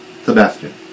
Sebastian